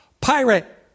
Pirate